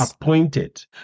appointed